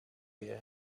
you